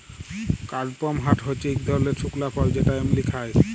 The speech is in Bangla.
কাদপমহাট হচ্যে ইক ধরলের শুকলা ফল যেটা এমলি খায়